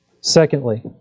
secondly